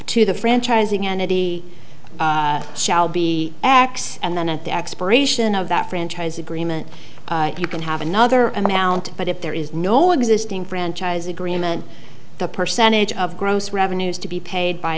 to the franchising entity shall be x and then at the expiration of that franchise agreement you can have another amount but if there is no existing franchise agreement the percentage of gross revenues to be paid by